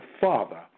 father